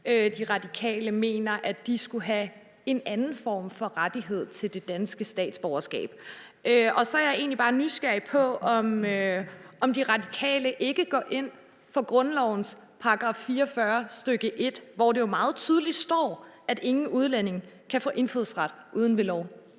De Radikale mener, at de skulle have en anden form for rettighed til det danske statsborgerskab. Så er jeg egentlig bare nysgerrig på, om De Radikale ikke går ind for grundlovens § 44, stk. 1, hvor der jo meget tydeligt står, at ingen udlænding kan få indfødsret uden ved lov.